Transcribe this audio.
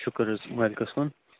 شُکُر حظ مٲلِکَس کُن